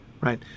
right